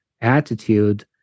attitude